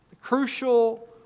crucial